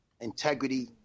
integrity